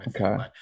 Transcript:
okay